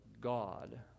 God